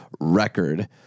record